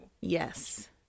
Yes